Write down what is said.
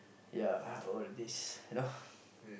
ya all these you know